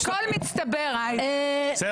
אל תסיטו את הדיון, זה לא הדיון.